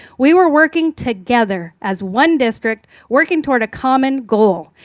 we were working together as one district, working toward a common goal.